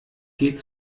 geht